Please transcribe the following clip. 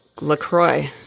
Lacroix